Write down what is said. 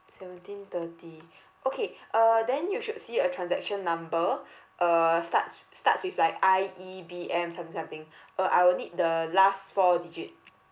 seventeen thirty okay uh then you should see a transaction number uh starts starts with like I E B M something something uh I will need the last four digit